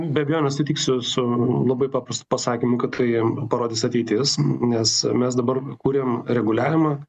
be abejonės sutiksiu su labai paprastu pasakymu kad tai parodys ateitis nes mes dabar kuriam reguliavimą